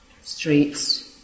streets